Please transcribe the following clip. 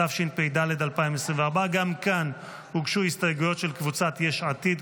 התשפ"ד 2024. גם כאן הוגשו הסתייגויות של קבוצת סיעת יש עתיד,